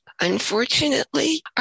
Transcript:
Unfortunately